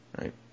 right